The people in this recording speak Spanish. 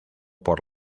por